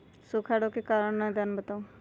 सूखा रोग के कारण और निदान बताऊ?